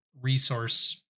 resource